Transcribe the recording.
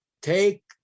take